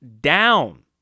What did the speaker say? down